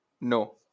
No